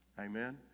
Amen